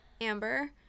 Amber